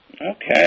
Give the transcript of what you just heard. Okay